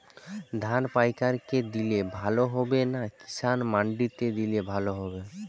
ধান পাইকার কে দিলে ভালো হবে না কিষান মন্ডিতে দিলে ভালো হবে?